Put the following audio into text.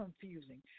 confusing